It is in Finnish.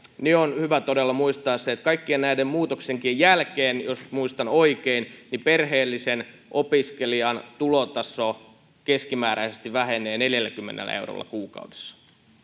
on hyvä todella muistaa se että kaikkien näiden muutoksienkin jälkeen jos muistan oikein perheellisen opiskelijan tulotaso keskimääräisesti vähenee neljälläkymmenellä eurolla kuukaudessa